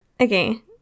Okay